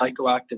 psychoactive